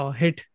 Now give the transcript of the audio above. hit